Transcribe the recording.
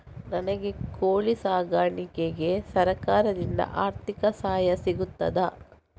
ನನಗೆ ಕೋಳಿ ಸಾಕಾಣಿಕೆಗೆ ಸರಕಾರದಿಂದ ಆರ್ಥಿಕ ಸಹಾಯ ಸಿಗುತ್ತದಾ?